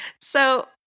so-